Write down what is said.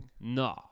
No